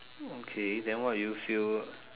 okay then why do you feel